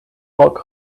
walk